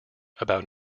about